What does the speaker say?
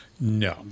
No